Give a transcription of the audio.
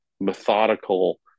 methodical